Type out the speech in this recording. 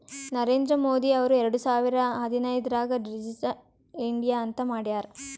ನರೇಂದ್ರ ಮೋದಿ ಅವ್ರು ಎರಡು ಸಾವಿರದ ಹದಿನೈದುರ್ನಾಗ್ ಡಿಜಿಟಲ್ ಇಂಡಿಯಾ ಅಂತ್ ಮಾಡ್ಯಾರ್